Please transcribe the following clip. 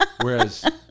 Whereas